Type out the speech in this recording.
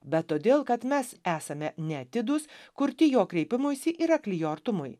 bet todėl kad mes esame neatidūs kurti jo kreipimuisi ir akli jo artumui